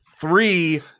Three